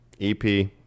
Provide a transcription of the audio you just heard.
EP